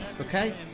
Okay